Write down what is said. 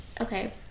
Okay